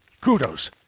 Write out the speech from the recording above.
kudos